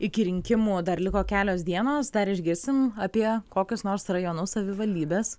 iki rinkimų dar liko kelios dienos dar išgirsim apie kokius nors rajonus savivaldybes